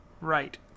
right